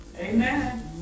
Amen